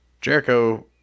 Jericho